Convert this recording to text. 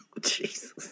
Jesus